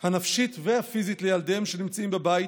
בגנבה הגדולה שהייתה המדינה השקיעה הון עתק